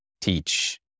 teach